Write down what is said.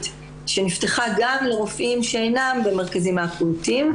שנפתחה גם לרופאים שאינם במרכזים האקוטיים,